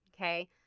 okay